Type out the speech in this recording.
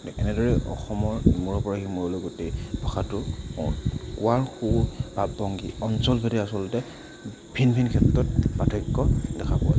এনেদৰে অসমৰ ইমূৰৰ পৰা সিমূৰলৈ গোটেই ভাষাটো কোৱাৰ সুৰ ভাৱ ভংগী অঞ্চল ভেদে আচলতে ভিন ভিন ক্ষেত্ৰত পাৰ্থক্য দেখা পোৱা যায়